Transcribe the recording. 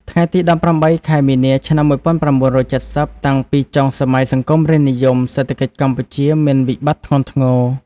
ថ្ងៃទី១៨ ខែមីនា ឆ្នាំ ១៩៧០ តាំងពីចុងសម័យសង្គមរាស្រ្តនិយម សេដ្ឋកិច្ចកម្ពុជាមានវិបត្តិធ្ងន់ធ្ងរ។